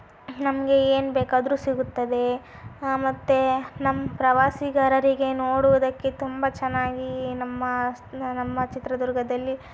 ನಮಗೆ ಏನು ಬೇಕಾದರೂ ಸಿಗುತ್ತದೆ ಮತ್ತೆ ನಮ್ಮ ಪ್ರವಾಸಿಗಾರಿಗೆ ನೋಡುವುದಕ್ಕೆ ತುಂಬ ಚೆನ್ನಾಗಿ ನಮ್ಮ ನಮ್ಮ ಚಿತ್ರದುರ್ಗದಲ್ಲಿ